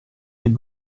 till